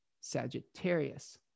Sagittarius